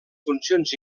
funcions